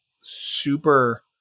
super